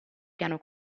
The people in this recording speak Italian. piano